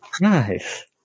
Nice